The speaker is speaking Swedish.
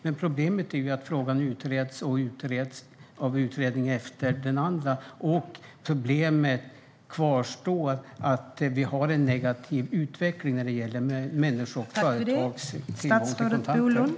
Men problemet är att frågan utreds av den ena utredningen efter den andra och att problemet ändå kvarstår att det är en negativ utveckling när det gäller människors och företags tillgång till kontanter.